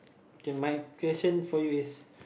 okay my question for you is